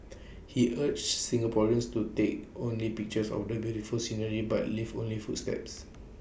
he urged Singaporeans to take only pictures of the beautiful scenery but leave only footsteps